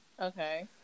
Okay